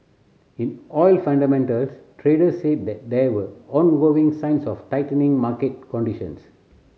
in oil fundamentals traders said that there were ongoing signs of tightening market conditions